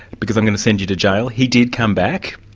because i'm going to send you to jail', he did come back.